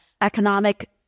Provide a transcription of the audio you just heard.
economic